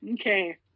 Okay